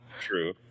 True